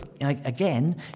again